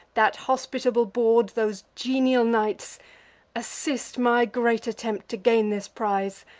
that hospitable board, those genial nights assist my great attempt to gain this prize,